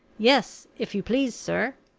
yes, if you please, sir.